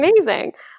amazing